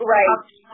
Right